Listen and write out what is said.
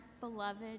beloved